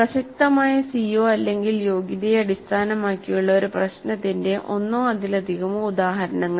പ്രസക്തമായ CO യോഗ്യതയെ അടിസ്ഥാനമാക്കിയുള്ള ഒരു പ്രശ്നത്തിന്റെ ഒന്നോ അതിലധികമോ ഉദാഹരണങ്ങൾ